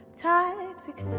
toxic